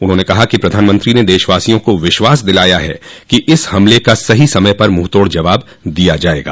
उन्होंने कहा कि प्रधानमंत्री ने देशवासियों को विश्वास दिलाया है कि इस हमले का सही समय पर मुहतोड़ जवाब दिया जायेगा